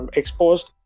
exposed